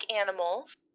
animals